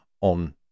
on